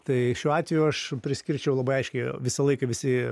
tai šiuo atveju aš priskirčiau labai aiškiai visą laiką visi